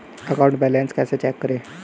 Account balance कैसे check करें?